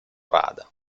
rada